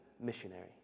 missionary